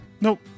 Nope